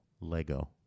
Lego